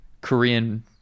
Korean